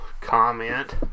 comment